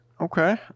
Okay